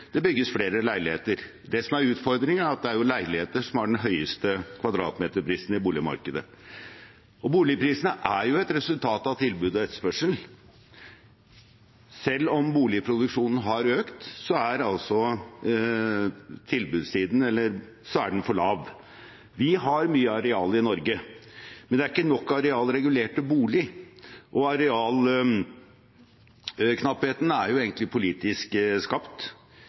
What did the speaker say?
det bygges flere leiligheter. Det som er utfordringen, er at det er leiligheter som har den høyeste kvadratmeterprisen i boligmarkedet. Boligprisene er jo et resultat av tilbud og etterspørsel. Selv om boligproduksjonen har økt, er tilbudssiden for lav. Vi har mye areal i Norge, men det er ikke nok areal regulert til bolig. Arealknappheten er egentlig politisk skapt